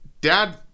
dad